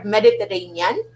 Mediterranean